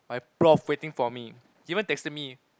my prof waiting for me he even texted me